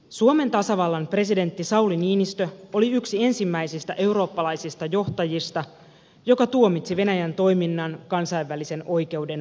suomen tasavallan presidentti sauli niinistö oli yksi ensimmäisistä eurooppalaisista johtajista joka tuomitsi venäjän toiminnan kansainvälisen oikeuden vastaisena